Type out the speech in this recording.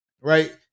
Right